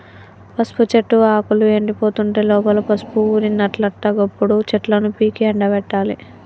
పసుపు చెట్టు ఆకులు ఎండిపోతుంటే లోపల పసుపు ఊరినట్లట గప్పుడు చెట్లను పీకి ఎండపెట్టాలి